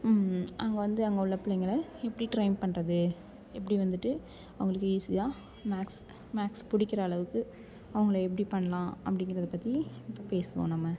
அங்கே வந்து அங்கே உள்ள பிள்ளைங்கள எப்படி ட்ரெயின் பண்ணுறது எப்படி வந்துட்டு அவங்களுக்கு ஈஸியாக மேக்ஸ் மேக்ஸ் பிடிக்குற அளவுக்கு அவங்களை எப்படி பண்ணலாம் அப்படிங்கிறத பற்றி இப்போ பேசுவோம் நம்ம